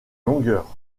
longueur